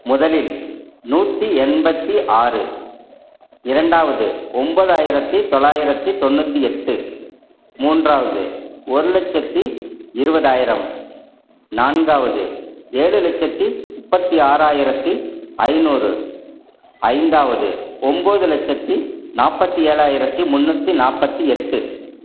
முதலில் நூற்றி எண்பத்தி ஆறு இரண்டாவது ஒன்பதாயிரத்தி தொள்ளாயிரத்தி தொண்ணூற்றி எட்டு மூன்றாவது ஒரு லட்சத்தி இருபதாயிரம் நான்காவது ஏழு லட்சத்தி முப்பத்தி ஆறாயிரத்தி ஐநூறு ஐந்தாவது ஒம்பது லட்சத்தி நாற்பத்தி ஏழாயிரத்தி முன்னூற்றி நாற்பத்தி எட்டு